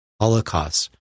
holocaust